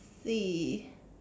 see